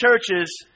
churches